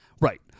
Right